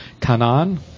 Kanan